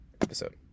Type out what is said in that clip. episode